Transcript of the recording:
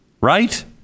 right